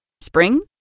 Spring